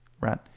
right